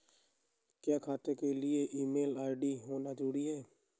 क्या खाता के लिए ईमेल आई.डी होना जरूरी है?